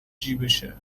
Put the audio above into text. جیبشه